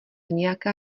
nějaká